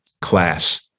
class